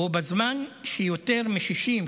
בו בזמן שיותר מ-60%,